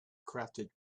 crafted